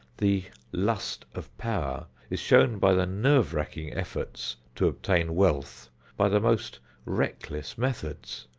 the lust of power is shown by the nerve-racking efforts to obtain wealth by the most reckless methods.